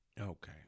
Okay